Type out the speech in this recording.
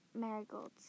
marigolds